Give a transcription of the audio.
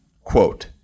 Quote